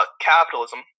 capitalism